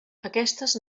aquestes